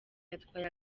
yatwaye